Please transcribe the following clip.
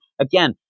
again